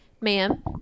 ma'am